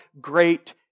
great